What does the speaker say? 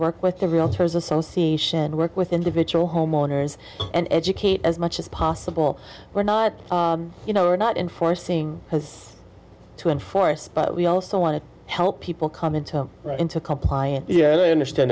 work with the realtors association we work with individual homeowners and educate as much as possible we're not you know we're not enforcing has to enforce but we also want to help people come into into complian